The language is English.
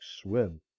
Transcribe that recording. swim